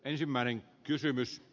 arvoisa puhemies